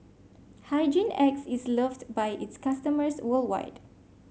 Hygin X is loved by its customers worldwide